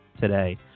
today